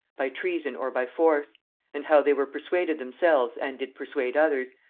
by treason or by force and how they were persuaded themselves and did persuade others,